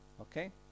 Okay